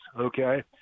okay